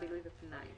בילוי ופנאי".